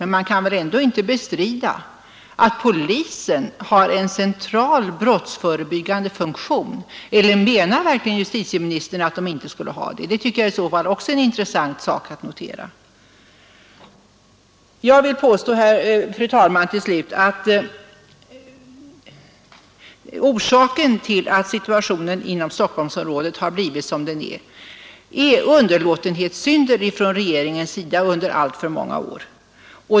Men man kan väl ändå inte bestrida att polisen har en central brottsförebyggande funktion — eller menar justitieministern att den inte har det? Det tycker jag i så fall är en intressant sak att notera. Jag vill till slut påstå, fru talman, att situationen inom Stockholmsområdet har blivit som den är beror på underlåtenhetssynder från regeringens sida under alltför många år.